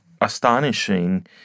astonishing